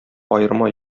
аерма